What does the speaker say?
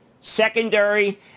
secondary